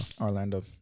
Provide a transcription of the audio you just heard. Orlando